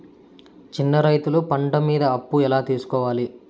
చిన్న రైతులు పంట మీద అప్పు ఎలా తీసుకోవాలి?